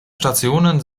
stationen